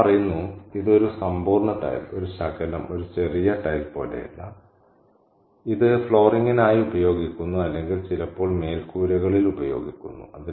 അവൾ പറയുന്നു ഇത് ഒരു സമ്പൂർണ്ണ ടൈൽ ഒരു ശകലം ഒരു ചെറിയ ടൈൽ പോലെയല്ല ഇത് ഫ്ലോറിംഗിനായി ഉപയോഗിക്കുന്നു അല്ലെങ്കിൽ ചിലപ്പോൾ മേൽക്കൂരകളിൽ ഉപയോഗിക്കുന്നു